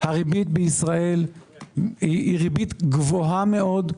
הריבית בישראל היא ריבית גבוהה מאוד,